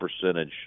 percentage